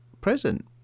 present